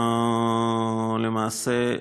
למעשה,